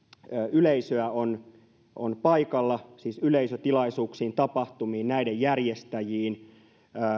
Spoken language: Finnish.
yleisöä on on paikalla siis yleisötilaisuuksiin tapahtumiin näiden järjestäjiin